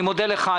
אני מודה לך.